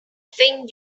think